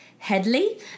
headley